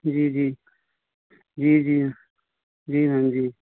जी जी जी जी जी मैम जी